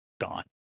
gone